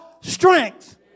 strength